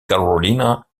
carolina